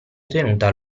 tenuta